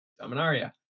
dominaria